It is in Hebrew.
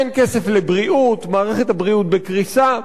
אין כסף לבריאות, מערכת הבריאות בקריסה,